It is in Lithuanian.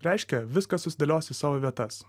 reiškia viskas susidėlios į savo vietas